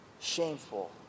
shameful